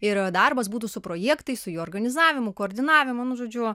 ir darbas būtų su projektais su jų organizavimu koordinavimu nu žodžiu